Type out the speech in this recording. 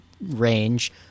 range